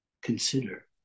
consider